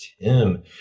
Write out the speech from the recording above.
Tim